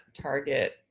target